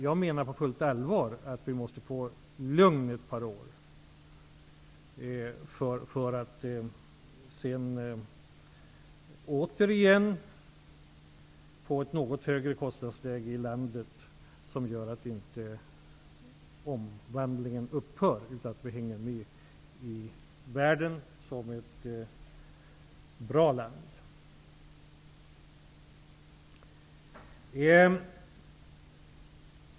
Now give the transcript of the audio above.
Jag menar på fullt allvar att vi måste få lugn ett par år för att sedan återigen få ett något högre kostnadsläge i landet som gör att inte omvandlingen skall upphöra, utan att vi hänger med i världen som ett bra land.